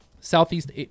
Southeast